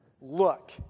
Look